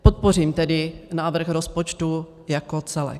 Podpořím tedy návrh rozpočtu jako celek.